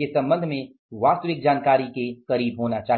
के संबंध में वास्तविक जानकारी के करीब होना चाहिए